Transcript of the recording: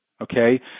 Okay